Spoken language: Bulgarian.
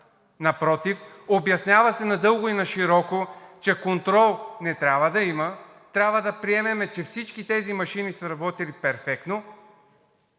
напротив, обяснява се надълго и нашироко, че контрол не трябва да има. Трябва да приемем, че всички тези машини са работили перфектно.